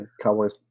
Cowboys